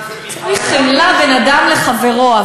צריך חמלה בין אדם לחברו,